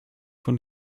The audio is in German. von